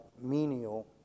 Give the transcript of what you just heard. menial